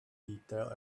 detail